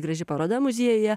graži paroda muziejuje